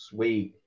Sweet